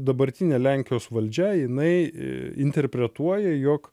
dabartinė lenkijos valdžia jinai interpretuoja jog